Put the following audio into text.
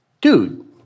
dude